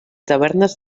tavernes